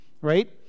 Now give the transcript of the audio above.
right